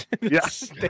Yes